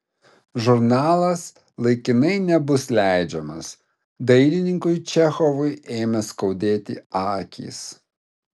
žurnalas laikinai nebus leidžiamas dailininkui čechovui ėmė skaudėti akys